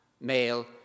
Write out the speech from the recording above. male